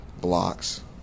blocks